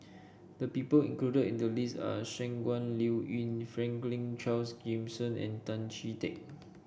the people included in the list are Shangguan Liuyun Franklin Charles Gimson and Tan Chee Teck